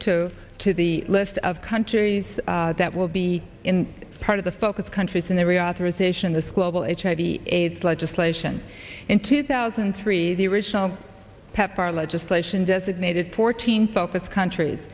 two to the list of countries that will be in part of the focus countries in the reauthorized in this global hiv aids legislation in two thousand and three the original pepfar legislation designated fourteen focus countries